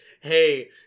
hey